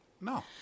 No